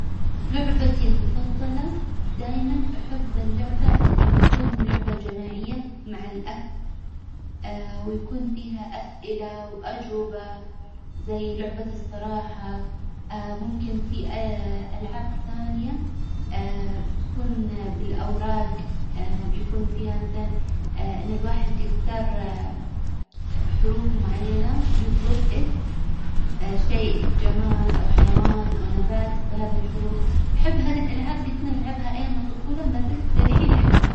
لعبتي المفظلة دايما أحب اللعبة اللي بتكون لعبة جماعية مع الأهل ويكون فيها أسئلة وأجوبة، زي لعبة الصراحة ممكن في ألعاب ثانية بتكون بالأوراج بيكون فيها مثلا إن الواحد يختار حروف معينة ويطلب إسم شيء جماد أو حيوان أو نبات بهذي الحروف، أحب هذي الألعاب اللي كنا نلعبها أيام الطفولة، ما زلت للحين أحبها.